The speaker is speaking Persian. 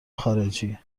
خارجی